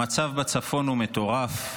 המצב בצפון מטורף.